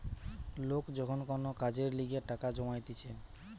লোক যখন কোন কাজের লিগে টাকা জমাইতিছে